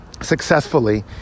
successfully